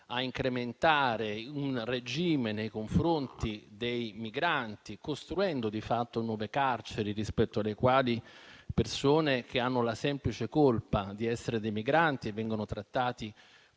incrementare un regime nei confronti dei migranti, costruendo di fatto nuove carceri in cui persone che hanno la semplice colpa di essere migranti vengono trattate